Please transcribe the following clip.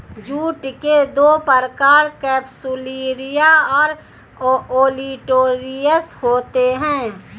jute के दो प्रकार केपसुलरिस और ओलिटोरियस होते हैं